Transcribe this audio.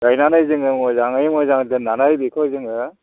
गायनानै जोङो मोजाङै मोजां दोननानै बेखौ जोङो